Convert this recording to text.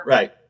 Right